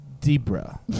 Debra